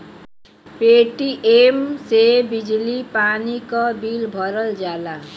Paytm से बिजली पानी क बिल भरल जाला